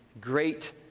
great